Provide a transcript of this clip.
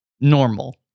normal